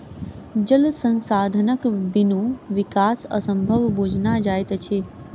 जल संसाधनक बिनु विकास असंभव बुझना जाइत अछि